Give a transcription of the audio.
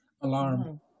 Alarm